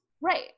Right